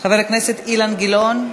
חבר הכנסת אילן גילאון,